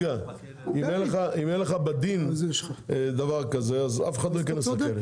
אם אין לך בדין דבר כזה, אף אחד לא ייכנס לכלא.